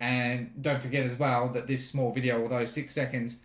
and don't forget as well that this small video of those six seconds.